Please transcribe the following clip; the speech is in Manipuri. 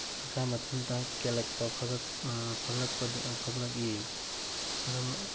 ꯃꯁꯥ ꯃꯊꯟꯇ ꯀꯦꯜꯂꯛꯄ ꯐꯛꯂꯛꯏ ꯃꯔꯝ